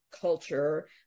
culture